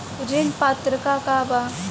ऋण पात्रता का बा?